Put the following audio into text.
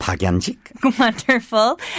wonderful